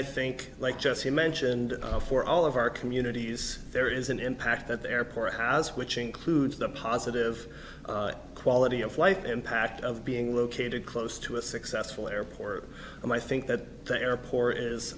i think like jesse mentioned for all of our communities there is an impact that the airport has which includes the positive quality of life impact of being located close to a successful airport and i think that the airport